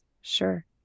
Sure